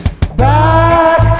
Back